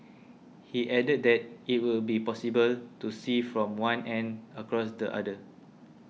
he added that it will be possible to see from one end across to the other